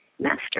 master